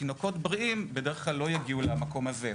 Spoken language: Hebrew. תינוקות בריאים בדרך כלל לא יגיעו למקום הזה.